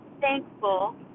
thankful